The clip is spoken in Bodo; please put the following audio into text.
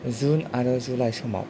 जुन आरो जुलाइ समाव